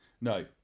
No